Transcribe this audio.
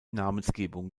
namensgebung